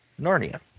Narnia